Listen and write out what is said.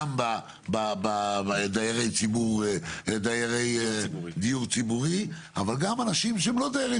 גם דיירי דיור ציבורי אבל גם אנשים שהם לא דיירי